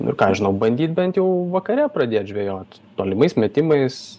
nu ir ką aš žinau bandyt bent jau vakare pradėt žvejot tolimais metimais